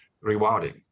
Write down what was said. rewarding